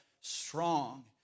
strong